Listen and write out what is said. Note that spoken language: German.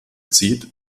zieht